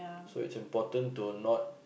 so it's important to not